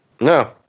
No